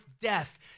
death